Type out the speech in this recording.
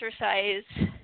exercise